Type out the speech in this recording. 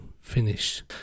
finish